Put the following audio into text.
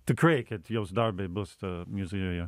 tikrai kad jos darbai bus ta muziejuje